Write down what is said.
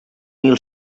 mil